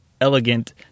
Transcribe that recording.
elegant